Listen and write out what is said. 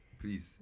Please